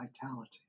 vitality